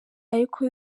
ariko